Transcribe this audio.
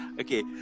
Okay